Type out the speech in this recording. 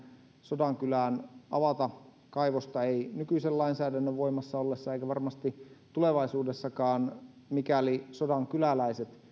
sodankylään avata kaivosta ei nykyisen lainsäädännön voimassa ollessa eikä varmasti tulevaisuudessakaan mikäli sodankyläläiset